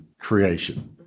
creation